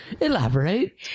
Elaborate